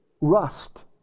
rust